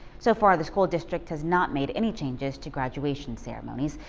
so far the school district has not made any changes to graduation ceremonies.